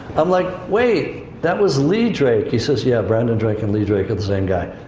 i'm like, wait, that was lee drake. he says, yeah, brandon drake and lee drake are the same guy.